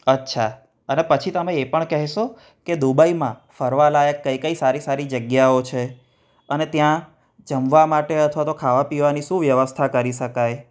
અચ્છા અને પછી તમે એ પણ કહેશો કે દુબઈમાં ફરવા લાયક કઈ કઈ સારી સારી જગ્યાઓ છે અને ત્યાં જમવા માટે અથવા તો ખાવા પીવાની શું વ્યવસ્થા કરી શકાય